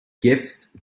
gifts